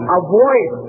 avoid